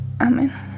Amen